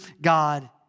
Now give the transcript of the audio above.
God